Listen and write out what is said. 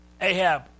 Ahab